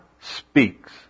speaks